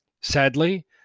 sadly